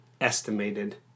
estimated